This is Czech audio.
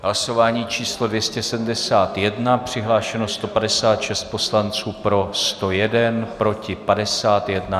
Hlasování číslo 271, přihlášeno 156 poslanců, pro 101, proti 51.